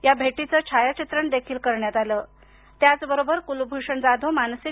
या भेटीचे छायाचित्रण देखील करण्यात आले त्याचबरोबर कुलभूषण जाधव मानसिक